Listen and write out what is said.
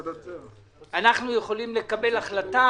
בסמכות שלנו תיכף נדבר על זה.